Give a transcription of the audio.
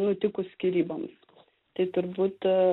nutikus skyryboms tai turbūt